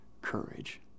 courage